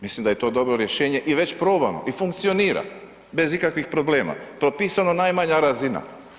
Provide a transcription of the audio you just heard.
Mislim da je to dobro rješenje i već probano, i funkcionira bez ikakvih problema, propisano najmanja razina.